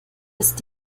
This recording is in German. ist